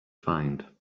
find